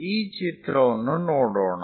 ಈ ಚಿತ್ರವನ್ನು ನೋಡೋಣ